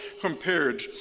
compared